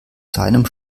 seinem